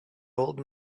old